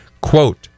Quote